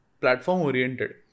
platform-oriented